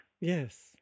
Yes